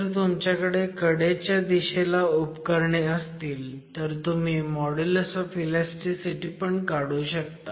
जर तुमच्याकडे कडेच्या दिशेला उपकरणे असतील तर तुम्ही मॉड्युलस ऑफ इलॅस्टीसिटी काढू शकता